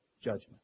judgment